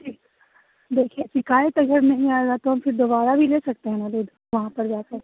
जी देखिये यह कल पेमेंट नहीं आयेगा तो हम फिर दोबारा नहीं दे सकते हैं अभी वहाँ पर जाकर